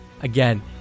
again